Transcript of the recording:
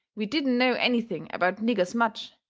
we didn't know anything about niggers much,